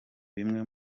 bimwe